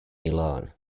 milan